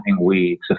weeds